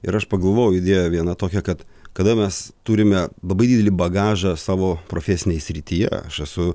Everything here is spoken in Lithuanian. ir aš pagalvojau idėja viena tokia kad kada mes turime labai didelį bagažą savo profesinėje srityje aš esu